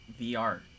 vr